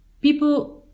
people